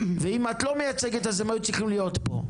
ואם את לא מייצגת אז הם היו צריכים להיות פה.